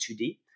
2D